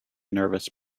nervous